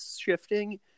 shifting